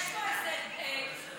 יש פה דיבור שהוא לא,